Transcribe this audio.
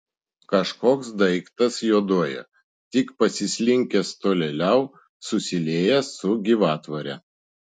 kažkoks daiktas juoduoja tik pasislinkęs tolėliau susiliejęs su gyvatvore